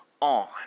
on